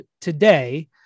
today